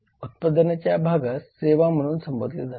उत्पादनाच्या या भागास सेवा म्हणून संबोधले जाते